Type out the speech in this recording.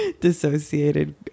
dissociated